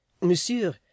Monsieur